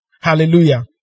Hallelujah